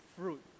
fruit